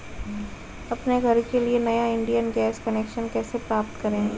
अपने घर के लिए नया इंडियन गैस कनेक्शन कैसे प्राप्त करें?